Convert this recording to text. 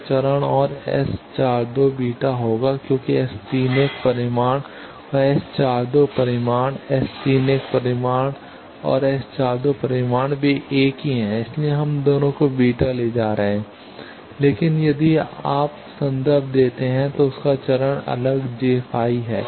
तो चरण और S42 बीटा होगा क्योंकि S 31 परिमाण और S42 परिमाण S 31 परिमाण और S42 परिमाण वे एक ही हैं इसीलिए हम दोनों को बीटा ले जा रहे हैं लेकिन यदि आप संदर्भ देते हैं तो उनका चरण अलग jφ है